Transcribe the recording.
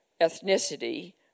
ethnicity